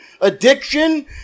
addiction